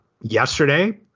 yesterday